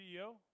CEO